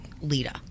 Lita